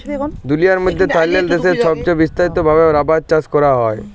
দুলিয়ার মইধ্যে থাইল্যান্ড দ্যাশে ছবচাঁয়ে বিস্তারিত ভাবে রাবার চাষ ক্যরা হ্যয়